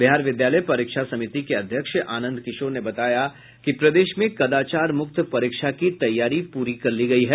बिहार विद्यालय परीक्षा समिति के अध्यक्ष आनंद किशोर ने बताया कि प्रदेश में कदाचार मुक्त परीक्षा की तैयारी पूरी कर ली गयी है